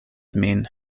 min